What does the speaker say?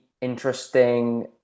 interesting